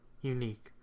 unique